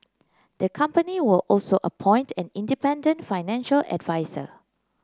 the company will also appoint an independent financial adviser